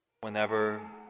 whenever